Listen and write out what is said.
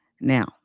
Now